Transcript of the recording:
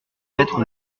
être